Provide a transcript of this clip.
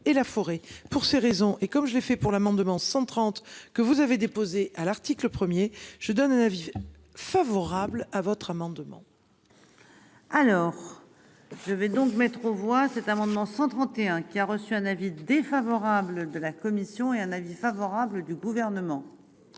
pour ces raisons et comme je l'ai fait pour l'amendement 130 que vous avez déposé à l'article 1er, je donne un avis favorable à votre amendement. Alors je vais donc mettre aux voix cet amendement 131 qui a reçu un avis défavorable de la commission et un avis favorable du gouvernement.